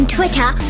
Twitter